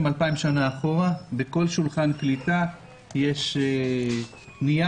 2000 שנה אחורה ובכל שולחן קליטה יש נייר,